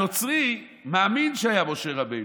הנוצרי מאמין שהיה משה רבנו,